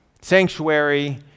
Sanctuary